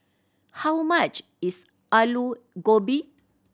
how much is Alu Gobi